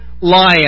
lion